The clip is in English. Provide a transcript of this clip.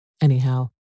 Anyhow